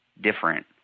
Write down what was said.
different